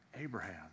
Abraham